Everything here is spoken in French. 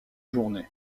journée